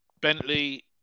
Bentley